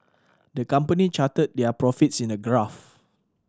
the company charted their profits in a graph